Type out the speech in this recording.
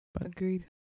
agreed